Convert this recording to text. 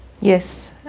Yes